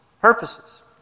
purposes